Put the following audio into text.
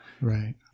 Right